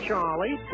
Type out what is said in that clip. Charlie